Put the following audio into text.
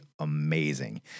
amazing